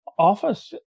office